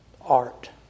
art